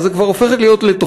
אז זה כבר הופך להיות לתוכנית,